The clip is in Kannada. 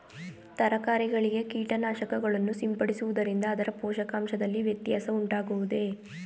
ತರಕಾರಿಗಳಿಗೆ ಕೀಟನಾಶಕಗಳನ್ನು ಸಿಂಪಡಿಸುವುದರಿಂದ ಅದರ ಪೋಷಕಾಂಶದಲ್ಲಿ ವ್ಯತ್ಯಾಸ ಉಂಟಾಗುವುದೇ?